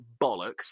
bollocks